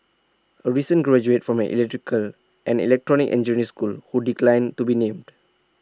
A recent graduate from the electrical and electronic engineer school who declined to be named